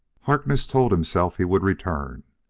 harkness told himself he would return.